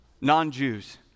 non-Jews